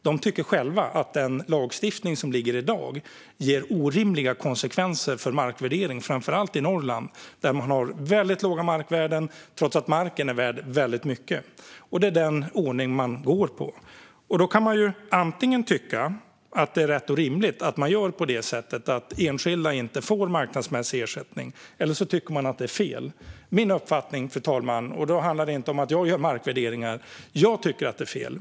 De tycker själva att den lagstiftning som finns i dag ger orimliga konsekvenser för markvärdering, framför allt i Norrland där man har väldigt låga markvärden trots att marken är värd mycket. Det är denna ordning man följer. Då kan man antingen tycka att det är rätt och rimligt att man gör på detta sätt så att enskilda inte får marknadsmässig ersättning, eller så tycker man att det är fel. Min uppfattning, fru talman, är att det är fel. Det handlar då inte om att jag gör markvärderingar.